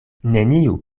neniu